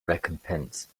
recompense